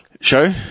show